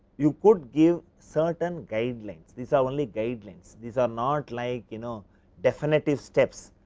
you could give certain guidelines these are only guidelines, these are not like you know definite is steps,